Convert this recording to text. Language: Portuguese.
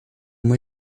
uma